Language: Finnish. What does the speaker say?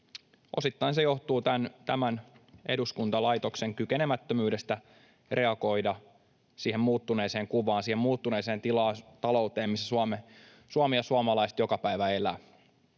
Osittain se johtuu tämän eduskuntalaitoksen kykenemättömyydestä reagoida siihen muuttuneeseen kuvaan, siihen muuttuneeseen talouteen, missä Suomi ja suomalaiset joka päivä elävät.